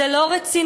זה לא רציני.